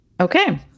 Okay